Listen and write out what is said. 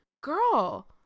girl